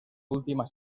última